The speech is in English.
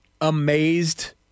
amazed